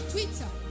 Twitter